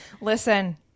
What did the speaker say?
Listen